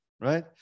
right